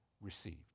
received